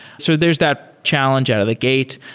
so there's that challenge out of the gate,